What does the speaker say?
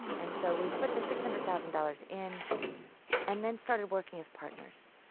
and so we put the six hundred thousand dollars in and then started working as partners.